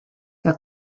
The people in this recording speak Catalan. que